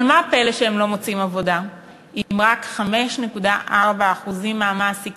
אבל מה הפלא שהם לא מוצאים עבודה אם רק 5.4% מהמעסיקים